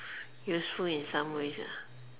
useful in some ways ah